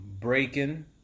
Breaking